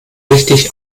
richtig